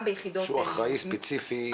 שהוא אחראי ספציפית.